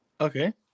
Okay